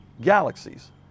galaxies